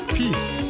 peace